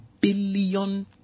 billion